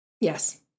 Yes